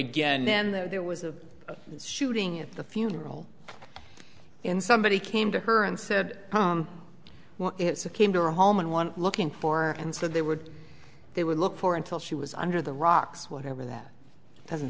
again then there was a shooting at the funeral in somebody came to her and said well it's a came to our home and one looking for and said they would they would look for until she was under the rocks whatever that doesn't